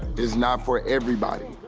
is not for everybody.